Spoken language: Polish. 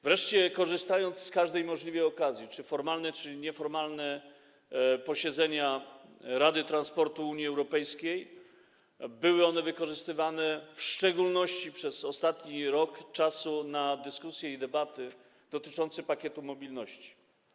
Wreszcie przy każdej możliwej okazji czy formalne, czy nieformalne posiedzenia rady transportu Unii Europejskiej były wykorzystywane w szczególności przez ostatni rok na dyskusje i debaty dotyczące pakietu mobilności.